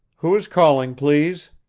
who is calling, please?